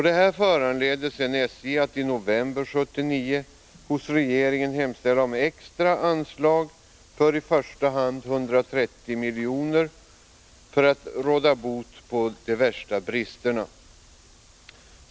Detta föranledde SJ att i november 1979 hos regeringen hemställa om extra anslag på i första hand 130 milj.kr. Nr 68 för att råda bot på de värsta bristerna.